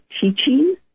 teaching